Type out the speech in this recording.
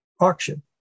auction